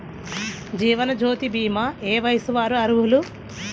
జీవనజ్యోతి భీమా ఏ వయస్సు వారు అర్హులు?